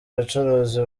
abacuruzi